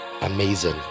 amazing